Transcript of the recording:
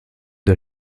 der